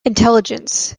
intelligence